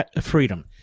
freedom